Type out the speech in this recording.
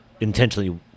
intentionally